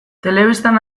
telebistan